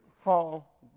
Fall